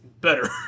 better